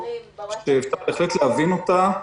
שאפשר בהחלט להבין אותה,